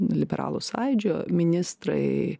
liberalų sąjūdžio ministrai